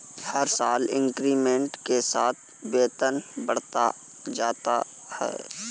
हर साल इंक्रीमेंट के साथ वेतन बढ़ता जाता है